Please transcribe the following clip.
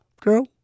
Girl